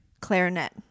clarinet